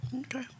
okay